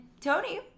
Tony